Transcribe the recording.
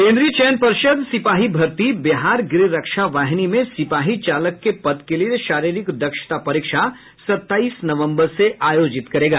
केन्द्रीय चयन पर्षद सिपाही भर्ती बिहार गृह रक्षा वाहिनी में सिपाही चालक के पद के लिए शारीरिक दक्षता परीक्षा सत्ताईस नवम्बर से आयोजित करेगा